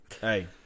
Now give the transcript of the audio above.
Hey